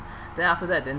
then after that then